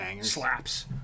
slaps